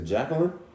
Jacqueline